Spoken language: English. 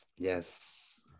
Yes